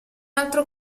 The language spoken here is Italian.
altro